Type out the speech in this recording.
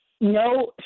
no